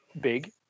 big